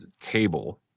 cable